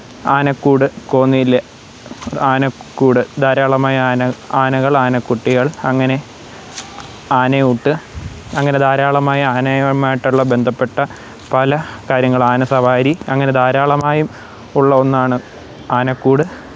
ആനക്കൂട് കോന്നിയിൽ ആനക്കൂട് ധാരാളമായി ആന ആനകള് ആനക്കുട്ടികള് അങ്ങനെ ആനയൂട്ട് അങ്ങനെ ധാരാളമായി ആനേമായിട്ടുള്ള ബന്ധപ്പെട്ട പല കാര്യങ്ങൾ ആന സവാരി അങ്ങനെ ധാരാളമായും ഉള്ള ഒന്നാണ് ആനക്കൂട്